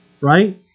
right